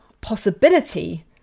possibility